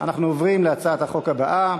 אנחנו עוברים להצעת החוק הבאה: